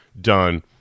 done